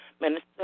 Minister